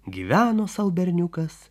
gyveno sau berniukas